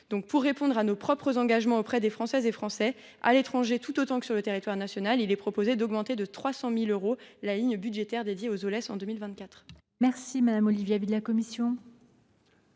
Pour répondre à nos propres engagements auprès des Françaises et des Français, résidant à l’étranger tout autant que sur le territoire national, il est proposé d’augmenter de 300 000 euros la ligne budgétaire dédiée aux Oles en 2024. Quel est l’avis de la commission